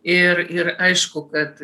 ir ir aišku kad